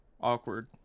awkward